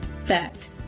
Fact